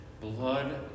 Blood